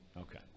Okay